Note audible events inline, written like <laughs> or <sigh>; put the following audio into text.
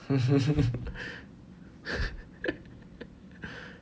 <laughs>